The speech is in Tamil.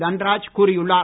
தன்ராஜ் கூறியுள்ளார்